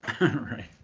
Right